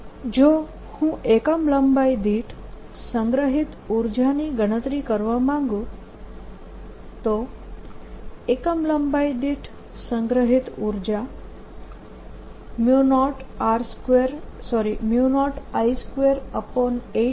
B0I2πr Energy Density12002I242r20I282r2 જો હું એકમ લંબાઈ દીઠ સંગ્રહિત ઉર્જાની ગણતરી કરવા માંગું તો એકમ લંબાઈ દીઠ સંગ્રહિત ઉર્જા 0I282ab2πrdrr2 થાય છે અને આ 0I24πln ના બરાબર છે